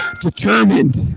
determined